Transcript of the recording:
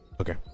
okay